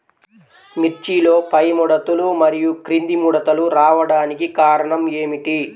మిర్చిలో పైముడతలు మరియు క్రింది ముడతలు రావడానికి కారణం ఏమిటి?